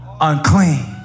unclean